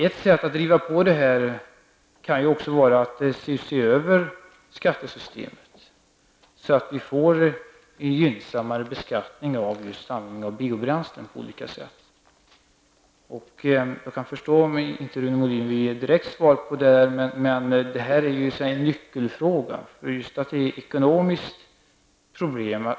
Ett sätt att driva på verksamheten kan också vara att se över skattesystemet så att vi får en gynnsammare beskattning av användningen av biobränslen. Jag kan förstå att Rune Molin kanske inte direkt vill säga något om detta, men detta är ju ändå en nyckelfråga, eftersom det rör sig om ett ekonomiskt problem.